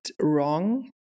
wrong